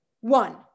one